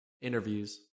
interviews